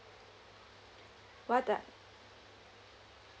what are